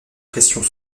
pressions